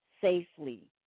safely